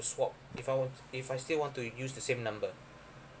swap if I want if I still want to use the same number